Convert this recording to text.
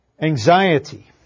Anxiety